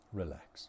relax